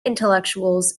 intellectuals